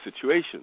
situations